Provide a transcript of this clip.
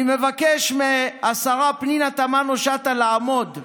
אני מבקש מהשרה פנינה תמנו שטה לעמוד.